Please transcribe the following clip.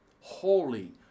Holy